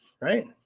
Right